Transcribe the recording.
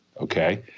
okay